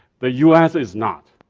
the u s. is not.